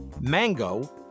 mango